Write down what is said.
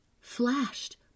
flashed